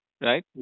right